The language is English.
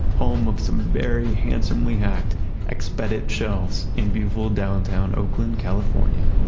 home of some very handsomely hacked expedit shelves in beautiful downtown oakland, california